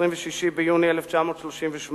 ב-26 ביוני 1938,